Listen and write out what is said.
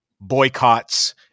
boycotts